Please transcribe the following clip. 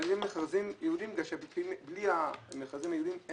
על ידי מכרזים ייעודיים כי בלי המכרזים הייעודיים,